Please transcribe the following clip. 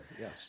Yes